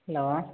hello